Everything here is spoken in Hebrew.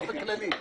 באופן כללי.